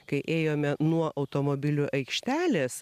kai ėjome nuo automobilių aikštelės